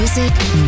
Music